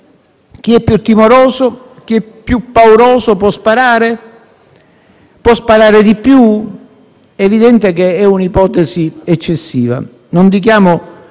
Chi è più timoroso e più pauroso può sparare? Può sparare di più? È evidente che è un'ipotesi eccessiva.